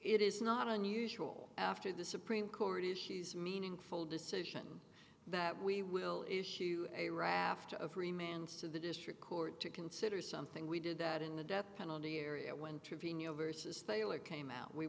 it is not unusual after the supreme court issues meaningful decision that we will issue a raft of remains to the district court to consider something we did that in the death penalty area when trevino versus taylor came out we